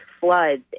floods